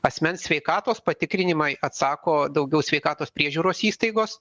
asmens sveikatos patikrinimai atsako daugiau sveikatos priežiūros įstaigos